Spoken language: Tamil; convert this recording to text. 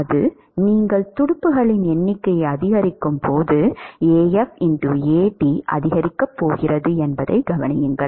எது நீங்கள் துடுப்புகளின் எண்ணிக்கையை அதிகரிக்கும்போது Af At அதிகரிக்கப் போகிறது என்பதைக் கவனியுங்கள்